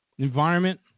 Environment